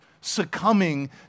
succumbing